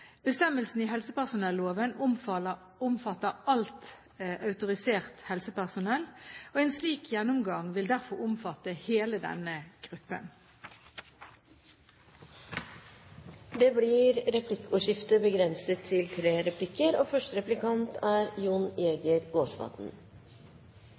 Bestemmelsen i helsepersonelloven omfatter alt autorisert helsepersonell. En slik gjennomgang vil derfor omfatte hele denne gruppen. Det blir replikkordskifte. Arbeiderpartiet har snudd siden 2002. Spørsmålene er: Hva slags forskning og